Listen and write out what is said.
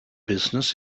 business